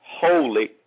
holy